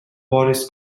boris